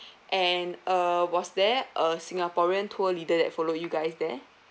and uh was there a singaporean tour leader that follow you guys there